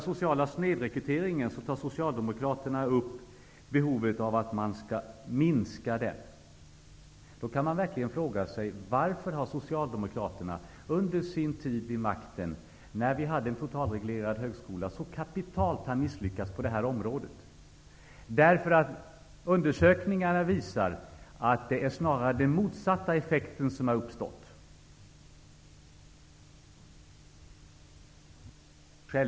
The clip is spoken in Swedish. Socialdemokraterna upp behovet av att minska den. Då kan man verkligen fråga sig: Varför har Socialdemokraterna under sin tid vid makten, när högskolan var totalreglerad, så kapitalt misslyckats på det här området? Undersökningar visar att det snarare är den motsatta effekten som har uppstått.